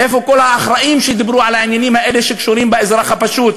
איפה כל האחראים שדיברו על העניינים האלה שקשורים לאזרח הפשוט?